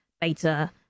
beta